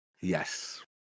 Yes